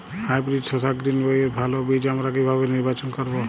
Hybrid শসা গ্রীনবইয়ের ভালো বীজ আমরা কিভাবে নির্বাচন করব?